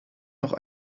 noch